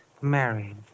married